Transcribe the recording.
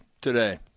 today